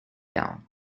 down